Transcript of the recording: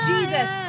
Jesus